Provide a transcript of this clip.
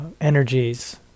energies